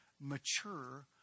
mature